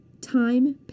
time